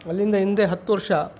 ಅಲ್ಲಿಂದ ಹಿಂದೆ ಹತ್ತು ವರ್ಷ